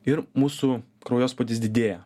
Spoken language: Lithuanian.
ir mūsų kraujospūdis didėja